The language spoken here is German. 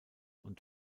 und